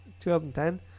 2010